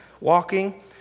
Walking